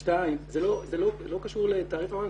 זה לא קשור לתעריף המים.